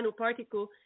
nanoparticle